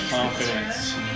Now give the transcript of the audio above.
Confidence